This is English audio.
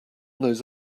those